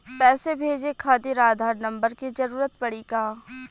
पैसे भेजे खातिर आधार नंबर के जरूरत पड़ी का?